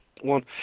one